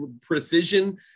precision